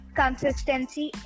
consistency